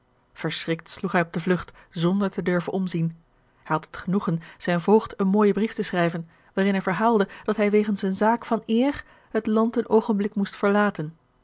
sloeg hij op de vlugt zonder te durven omzien hij had het genoegen zijn voogd een mooijen brief te schrijven waarin hij verhaalde dat hij wegens eene zaak van eer het land een oogenblik moest verlaten